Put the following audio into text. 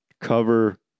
cover